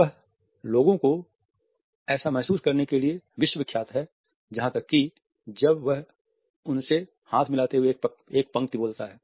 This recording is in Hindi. वह लोगों को ऐसा महसूस कराने के लिए विश्व विख्यात है यहाँ तक कि जब वह उनसे हाथ मिलाते हुए एक पंक्ति बोलता है